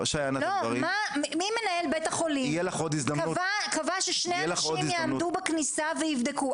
לא --- אם מנהל בית החולים קבע ששני אנשים יעמדו בכניסה ויבדקו,